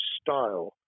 style